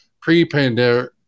pre-pandemic